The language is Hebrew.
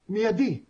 מידי, חודש,